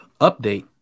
update